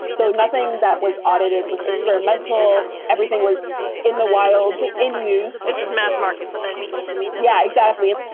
so nothing that was audited was experimental. everything was in the wild in use this is mass market stuff yeah. exactly.